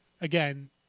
Again